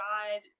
God